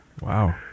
Wow